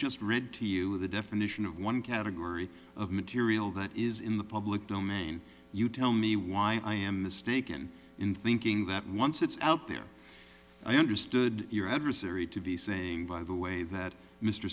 just read to you the definition of one category of material that is in the public domain you tell me why i'm mistaken in thinking that once it's out there i understood your adversary to be saying by the way that mr